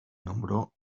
nombró